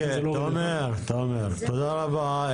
אוקיי, תודה רבה.